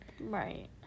Right